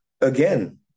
again